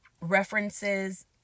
references